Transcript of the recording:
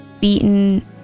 beaten